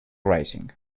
rising